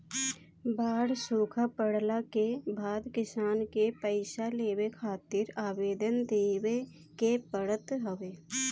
बाढ़ सुखा पड़ला के बाद किसान के पईसा लेवे खातिर आवेदन देवे के पड़त हवे